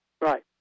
Right